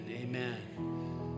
amen